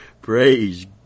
praise